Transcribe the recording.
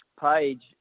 page